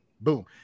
boom